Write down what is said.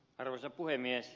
arvoisa puhemies